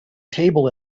table